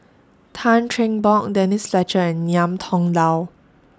Tan Cheng Bock Denise Fletcher and Ngiam Tong Dow